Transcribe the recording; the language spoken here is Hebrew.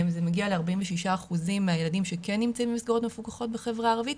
זה מגיע ל-46% מהילדים שכן נמצאים במסגרות מפוקחות בחברה הערבית,